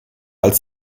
als